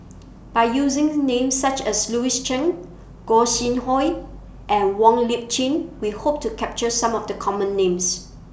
By using Names such as Louis Chen Gog Sing Hooi and Wong Lip Chin We Hope to capture Some of The Common Names